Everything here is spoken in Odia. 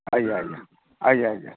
ଆଜ୍ଞା ଆଜ୍ଞା ଆଜ୍ଞା ଆଜ୍ଞା